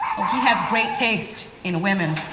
he has great taste in women.